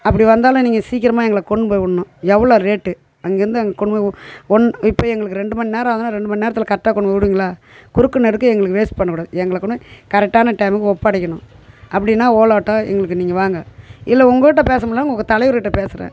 அப்படி வந்தாலும் நீங்கள் சீக்கிரமாக எங்களை கொண்டுன்னு போய் விட்ணும் எவ்வளோ ரேட்டு அங்கேயிருந்து அங்கே கொண்டு போய் உட் ஒன் இப்போயே எங்களுக்கு ரெண்டு மணி நேரம் ஆகுதுன்னால் ரெண்டு மணி நேரத்தில் கரெக்டாக கொண்டு போய் விடுவீங்களா குறுக்கே நெடுக்க எங்களுக்கு வேஸ்ட் பண்ணக்கூடாது எங்களை கொண்டு போய் கரெக்டான டைமுக்கு ஒப்படைக்கணும் அப்படின்னா ஓலோ ஆட்டோ எங்களுக்கு நீங்கள் வாங்க இல்லை உங்கள்கிட்ட பேசமுடிலனா உங்கள் தலைவர்கிட்ட பேசுகிறேன்